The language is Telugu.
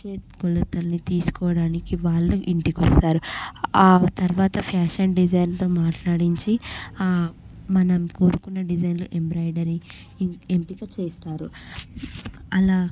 కొలతలని తీసుకోవడానికి వాళ్ళు ఇంటికి వస్తారు ఆ తర్వాత ఫ్యాషన్ డిజైనర్తో మాట్లాడించి మనం కోరుకున్న డిజైన్లు ఎంబ్రాయిడరీ ఎంపిక చేస్తారు అలా